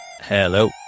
Hello